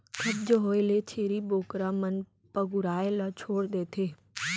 कब्ज होए ले छेरी बोकरा मन पगुराए ल छोड़ देथे